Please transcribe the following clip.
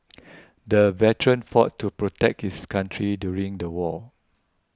the veteran fought to protect his country during the war